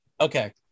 Okay